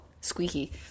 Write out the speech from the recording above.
Squeaky